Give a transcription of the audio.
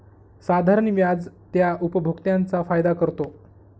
साधारण व्याज त्या उपभोक्त्यांचा फायदा करतो